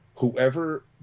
whoever